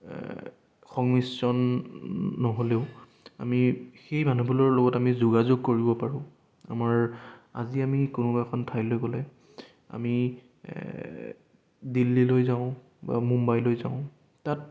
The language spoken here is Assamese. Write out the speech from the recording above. সংমিশ্ৰণ নহ'লেও আমি সেই মানুহবিলাকৰ লগত আমি যোগাযোগ কৰিব পাৰোঁ আমাৰ আজি আমি কোনোবা এখন ঠাইলৈ গ'লে আমি দিল্লীলৈ যাওঁ বা মুম্বাইলৈ যাওঁ তাত